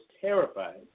terrified